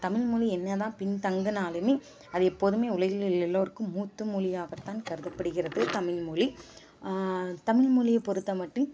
தமிழ்மொழி என்னதான் பின் தங்கினாலுமே அது எப்போதுமே உலகில் உள்ள எல்லோருக்கும் மூத்தமொழியாகத்தான் கருதப்படுகிறது தமிழ்மொழி தமிழ்மொழியை பொருத்தமட்டில்